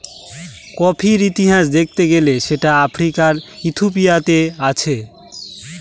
কফির ইতিহাস দেখতে গেলে সেটা আফ্রিকার ইথিওপিয়াতে আছে